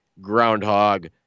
groundhog